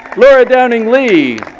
laura downing-lee,